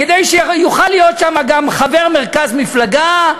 כדי שיוכל להיות שם גם חבר מרכז מפלגה,